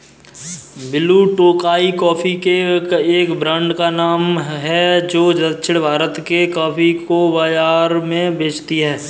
blue Tokai coffee के एक brand का नाम है जो दक्षिण भारत के कॉफी को बाजार में बेचती है